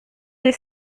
des